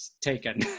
taken